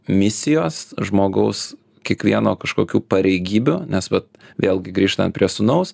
misijos žmogaus kiekvieno kažkokių pareigybių nes vat vėlgi grįžtant prie sūnaus